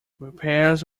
repairs